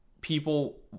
people